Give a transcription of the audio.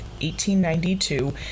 1892